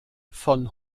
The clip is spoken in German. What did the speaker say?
von